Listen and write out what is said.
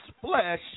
flesh